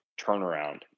turnaround